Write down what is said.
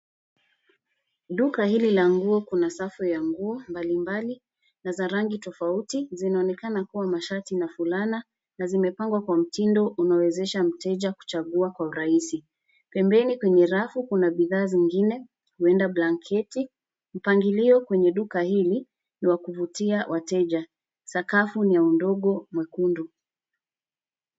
Duka hili la nguo kuna safu ya nguo mbalimbali, na za rangi tofauti. Zianonekana kuwa mashati na fulana, na zimepangwa kwa mtindo uanowezesha mteja kuchagua kwa urahisi. Pembenii kwenye rafu kuna bidhaa zingine, huenda blanketi. Mpangilio kwenye duka hili ni wa kuvutia wateja. Sakafu ni ya udongo mwekundu.